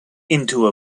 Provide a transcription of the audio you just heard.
into